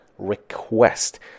Request